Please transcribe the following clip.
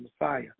Messiah